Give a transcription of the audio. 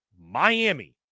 Miami